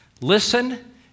listen